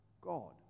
God